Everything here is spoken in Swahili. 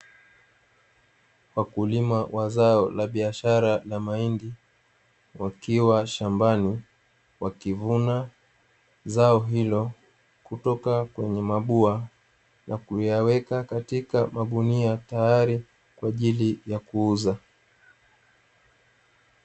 Wakulima wa zao la biashara la mahindi wakiwa shambani wakivuna zao hilo, kutoka kwenye mabuwa na kuyaweka katika magunia tayari kwa ajili ya kuuza.